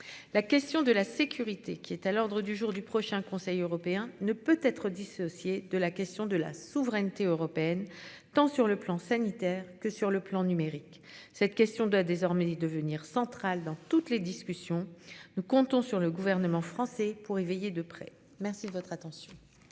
La question de la sécurité qui est à l'ordre du jour du prochain conseil européen ne peut être dissociée de la question de la souveraineté européenne tant sur le plan sanitaire que sur le plan numérique. Cette question doit désormais devenir central dans toutes les discussions. Nous comptons sur le gouvernement français pour éveiller de près. Merci de votre attention.